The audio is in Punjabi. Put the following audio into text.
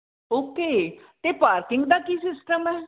ਓਕੇ ਅਤੇ ਪਾਰਕਿੰਗ ਦਾ ਕੀ ਸਿਸਟਮ ਹੈ